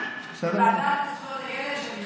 לוועדה לזכויות הילד.